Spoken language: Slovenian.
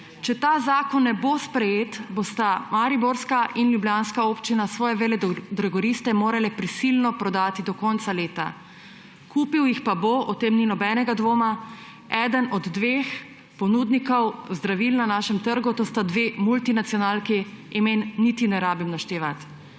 Če ta zakon ne bo sprejet, bosta mariborska in ljubljanska občina svoje veledrogeriste morali prisilno prodati do konca leta, kupil jih bo pa, o tem ni nobenega dvoma, eden od dveh ponudnikov zdravil na našem trgu, to sta dve multinacionalki, imen niti ne rabim naštevati.